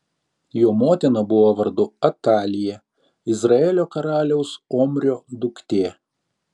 jo motina buvo vardu atalija izraelio karaliaus omrio duktė